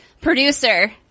Producer